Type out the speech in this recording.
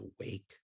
awake